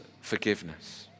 forgiveness